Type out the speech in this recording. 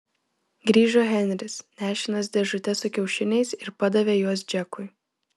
grįžo henris nešinas dėžute su kiaušiniais ir padavė juos džekui